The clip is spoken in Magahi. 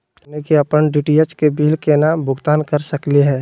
हमनी के अपन डी.टी.एच के बिल केना भुगतान कर सकली हे?